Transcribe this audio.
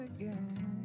again